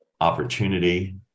opportunity